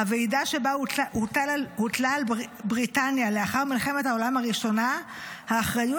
הוועידה שבה הוטלה על בריטניה לאחר מלחמת העולם הראשונה האחריות